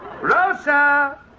Rosa